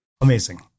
Amazing